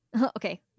okay